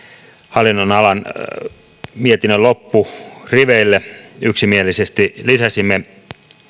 hallinnonalan mietinnön loppuriveille yksimielisesti lisäsimme